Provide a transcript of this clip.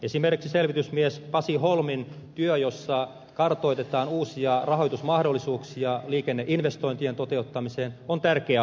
esimerkiksi selvitysmies pasi holmin työ jossa kartoitetaan uusia rahoitusmahdollisuuksia liikenneinvestointien toteuttamiseen on tärkeä hanke